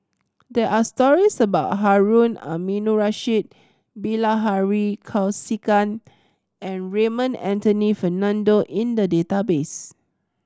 there are stories about Harun Aminurrashid Bilahari Kausikan and Raymond Anthony Fernando in the database